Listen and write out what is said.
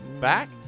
back